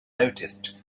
noticed